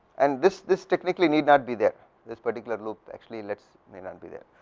and this this technically need not be there this particularly loop actually lets need not be there.